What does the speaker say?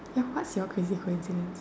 ya what's your crazy coincidence